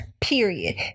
period